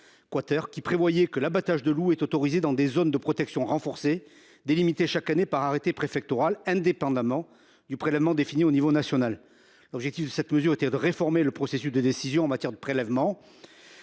qui prévoyait que l’abattage de loups était autorisé dans des zones de protection renforcée, délimitées chaque année par arrêté préfectoral, indépendamment du prélèvement défini au niveau national. L’objectif de cette mesure était de réformer le processus de décision en matière de prélèvement